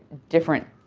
different